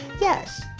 Yes